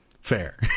fair